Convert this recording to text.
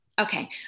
Okay